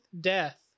death